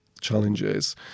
challenges